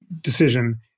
decision